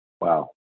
Wow